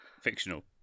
fictional